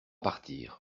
partir